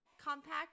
compact